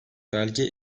belge